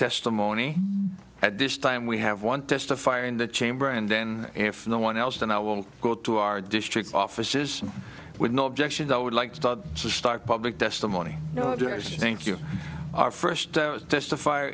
testimony at this time we have one testify in the chamber and then if no one else then i will go to our district offices with no objection i would like to start public testimony you know i just think you are first testif